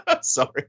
Sorry